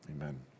Amen